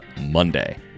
monday